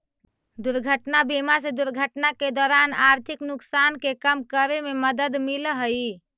दुर्घटना बीमा से दुर्घटना के दौरान आर्थिक नुकसान के कम करे में मदद मिलऽ हई